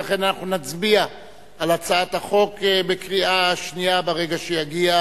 ולכן נצביע על הצעת החוק בקריאה שנייה ברגע שיגיע